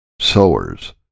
Sowers